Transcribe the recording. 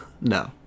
No